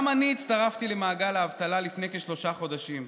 גם אני הצטרפתי למעגל האבטלה לפני כשלושה חודשים,